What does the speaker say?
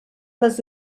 les